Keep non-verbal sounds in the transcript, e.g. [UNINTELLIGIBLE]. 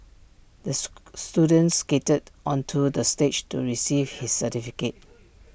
the [UNINTELLIGIBLE] student skated onto the stage to receive his certificate